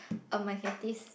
um I have this